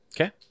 Okay